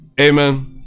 Amen